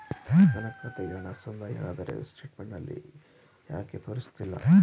ನನ್ನ ಖಾತೆಗೆ ಹಣ ಸಂದಾಯ ಆದರೆ ಸ್ಟೇಟ್ಮೆಂಟ್ ನಲ್ಲಿ ಯಾಕೆ ತೋರಿಸುತ್ತಿಲ್ಲ?